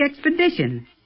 expedition